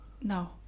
no